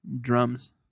drums